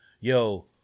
yo